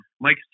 Mike